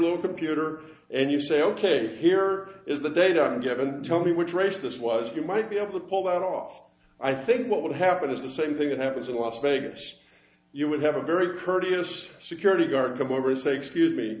new computer and you say ok here is the data given tell me which race this was you might be able to pull that off i think what would happen is the same thing that happens in los vegas you would have a very courteous security guard come over and say excuse me